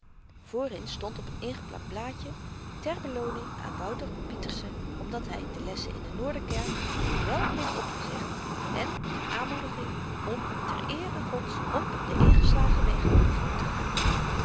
voorin stond op n ingeplakt blaadje ter belooning aan wouter pieterse omdat hy de lessen in de noorderkerk wel heeft opgezegd en ter aanmoediging om ter eere gods op den ingeslagen weg voorttegaan